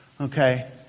Okay